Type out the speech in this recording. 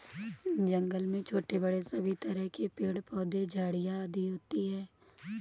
जंगल में छोटे बड़े सभी तरह के पेड़ पौधे झाड़ियां आदि होती हैं